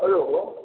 hello